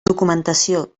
documentació